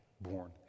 born